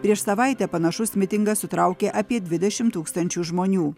prieš savaitę panašus mitingas sutraukė apie dvidešimt tūkstančių žmonių